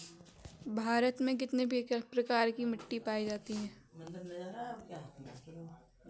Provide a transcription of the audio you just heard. भारत में कितने प्रकार की मिट्टी पाई जाती है?